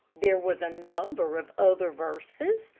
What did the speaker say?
there was a number of other verses,